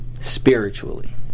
spiritually